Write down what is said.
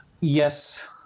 yes